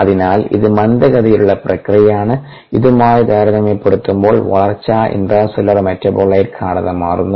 അതിനാൽ ഇത് മന്ദഗതിയിലുള്ള പ്രക്രിയയാണ് ഇതുമായി താരതമ്യപ്പെടുത്തുമ്പോൾ വളർച്ച ഇൻട്രാസെല്ലുലാർ മെറ്റാബോലൈറ്റ് ഗാഢത മാറുന്നു